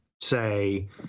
say